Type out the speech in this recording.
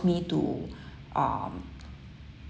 me to um